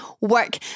work